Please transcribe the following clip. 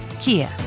Kia